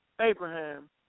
Abraham